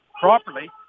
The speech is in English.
properly